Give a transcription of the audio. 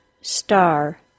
STAR